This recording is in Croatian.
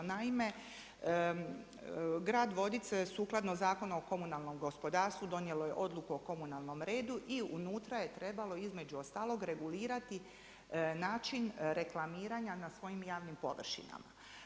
Naime, grad Vodice sukladno Zakonu o komunalnom gospodarstvu donijelo je odluku o komunalnom redu i unutra je trebalo između ostalog regulirati način reklamiranja na svojim javnim površinama.